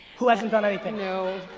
who hasn't done anything? no.